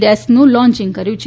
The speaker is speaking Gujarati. ડેસ્કનું લોન્ચિંગ કર્યું છે